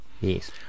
Yes